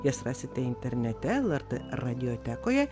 jas rasite internete lrt radiotekoje